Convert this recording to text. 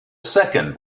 second